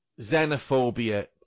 xenophobia